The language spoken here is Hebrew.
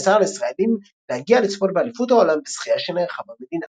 נאסר על ישראלים להגיע לצפות באליפות העולם בשחייה שנערכה במדינה.